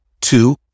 two